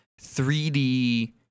3D